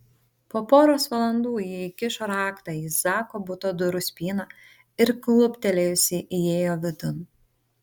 po poros valandų ji įkišo raktą į zako buto durų spyną ir kluptelėjusi įėjo vidun